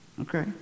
Okay